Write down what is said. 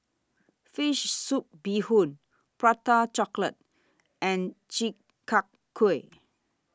Fish Soup Bee Hoon Prata Chocolate and Chi Kak Kuih